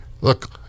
look